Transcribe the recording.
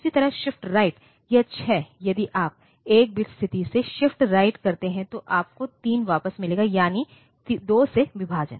उसी तरह शिफ्ट राइटयह 6 यदि आप 1 बिट स्थिति से शिफ्ट राइट करते हैं तो आपको 3 वापस मिलेंगे यानी 2 से विभाजन